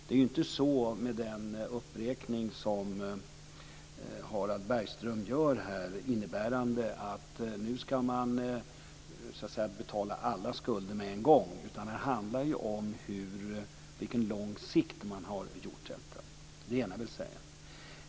Det är ju inte så med den uppräkning som Harald Bergström gör här, att man ska betala alla skulder med en gång, utan det handlar om på hur lång sikt som man har gjort detta. Det är det ena som jag vill säga.